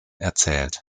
erzählt